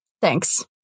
Thanks